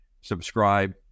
subscribe